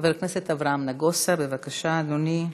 חבר הכנסת אברהם נגוסה, בבקשה, אדוני.